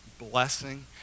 blessing